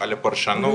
על הפרשנות,